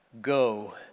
go